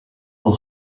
will